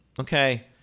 okay